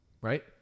right